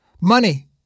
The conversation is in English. Money